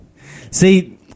See